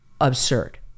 absurd